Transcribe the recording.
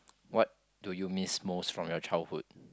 what do you miss most from your childhood